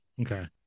Okay